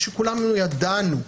כשכולנו ידענו,